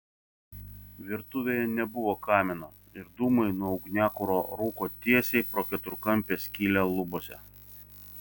virtuvėje nebuvo kamino ir dūmai nuo ugniakuro rūko tiesiai pro keturkampę skylę lubose